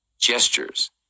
gestures